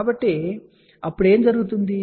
కాబట్టి అప్పుడు ఏమి జరుగుతుంది